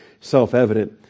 self-evident